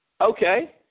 okay